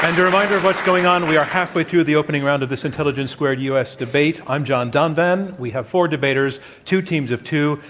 and reminder of what's going on. we are halfway through the opening round of this intelligence squared u. u. s. debate. i'm john donvan. we have four debaters, two teams of two,